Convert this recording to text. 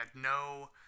no